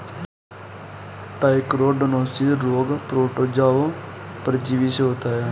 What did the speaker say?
trichodinosis रोग protozoa परजीवी से होता है